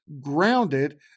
grounded